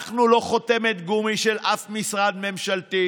אנחנו לא חותמת גומי של אף משרד ממשלתי.